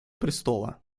престола